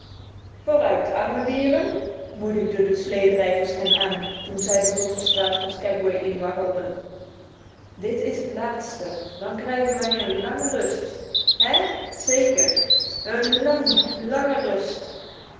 vooruit arme dieren moedigde de sleedrijver hen aan toen zij de hoofdstraat van skaguay inwaggelden dit is het laatste dan krijgen wij een lange rust hè zeker een lange lange rust